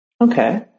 Okay